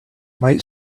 might